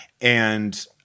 and-